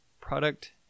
product